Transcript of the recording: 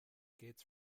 gates